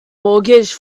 mortgage